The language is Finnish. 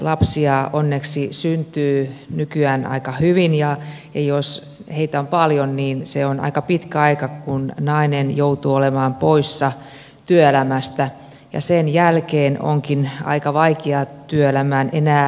lapsia onneksi syntyy nykyään aika hyvin ja jos heitä on paljon niin se on aika pitkä aika kun nainen joutuu olemaan poissa työelämästä ja sen jälkeen onkin aika vaikeaa työelämään enää palata